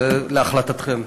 ולהחלטתכם.